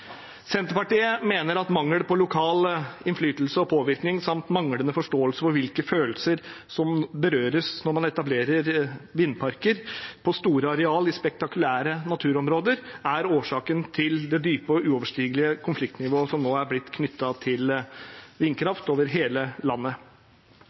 Senterpartiet mener at mangel på lokal innflytelse og påvirkning samt manglende forståelse for hvilke følelser som berøres når man etablerer vindparker på store areal i spektakulære naturområder, er årsaken til det dype og uoverstigelige konfliktnivået som nå er blitt knyttet til